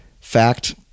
fact –